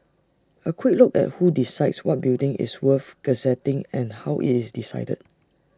A quick look at who decides what building is worth gazetting and how IT is decided